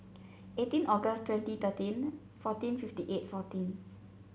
eighteen August twenty thirteen fourteen fifty eight fourteen